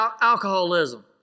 alcoholism